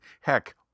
Heck